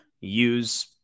use